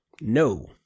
No